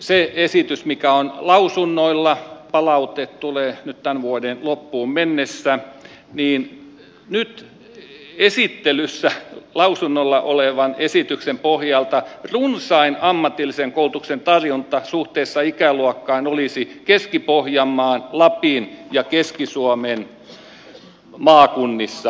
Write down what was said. sen esityksen mikä on lausunnoilla palaute tulee tämän vuoden loppuun mennessä ja nyt esittelyssä lausunnolla olevan esityksen pohjalta runsain ammatillisen koulutuksen tarjonta suhteessa ikäluokkaan olisi keski pohjanmaan lapin ja keski suomen maakunnissa